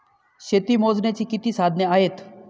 शेती मोजण्याची किती साधने आहेत?